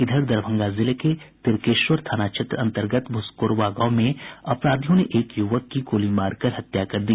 इधर दरभंगा जिले के तिरकेश्वर थाना क्षेत्र अन्तर्गत भूसकोरबा गांव में अपराधियों ने एक युवक की गोली मारकर हत्या कर दी